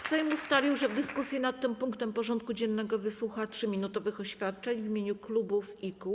Sejm ustalił, że w dyskusji nad tym punktem porządku dziennego wysłucha 3-minutowych oświadczeń w imieniu klubów i kół.